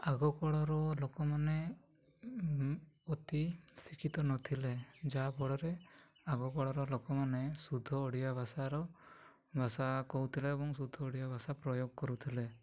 ଆଗ କାଳର ଲୋକମାନେ ଅତି ଶିକ୍ଷିତ ନଥିଲେ ଯାହାଫଳରେ ଆଗ କାଳର ଲୋକମାନେ ଶୁଦ୍ଧ ଓଡ଼ିଆ ଭାଷାର ଭାଷା କହୁଥିଲେ ଏବଂ ଶୁଦ୍ଧ ଓଡ଼ିଆ ଭାଷା ପ୍ରୟୋଗ କରୁଥିଲେ